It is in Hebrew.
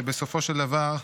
בסופו של דבר,